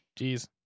Jeez